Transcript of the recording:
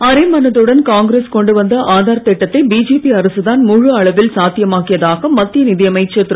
அரை மனதுடன் காங்கிரஸ் கொண்டு வந்த ஆதார் திட்டத்தை பிஜேபி அரசுதான் முழு அளவில் சாத்தியமாக்கியதாக மத்திய நிதியமைச்சர் திரு